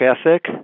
ethic